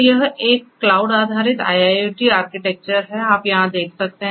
तो यह एक क्लाउड आधारित IIoT आर्किटेक्चर है आप यहां देख सकें